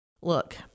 look